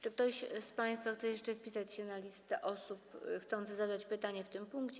Czy ktoś z państwa chce jeszcze wpisać się na listę osób chcących zadać pytanie w tym punkcie?